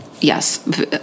Yes